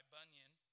Bunyan